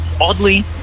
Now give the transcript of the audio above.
oddly